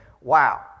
Wow